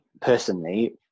personally